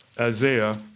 Isaiah